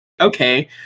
okay